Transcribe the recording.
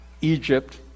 Egypt